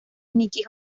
nicky